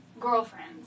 girlfriends